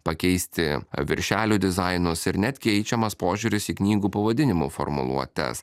pakeisti viršelio dizainus ir net keičiamas požiūris į knygų pavadinimų formuluotes